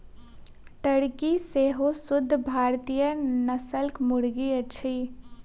Turkey सेहो शुद्ध भारतीय नस्लक मुर्गी अछि